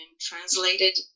translated